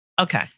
Okay